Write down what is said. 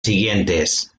siguientes